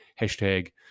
hashtag